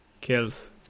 kills